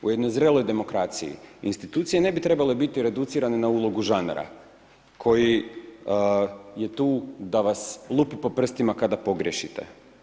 U jednoj zreloj demokraciji, instituciji ne bi trebale biti reducirane na ulogu žandara koji je tu da vas lupi po prstima kada pogriješite.